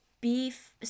beef